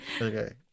Okay